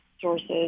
sources